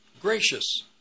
Gracious